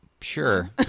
Sure